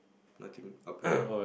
nothing up a bit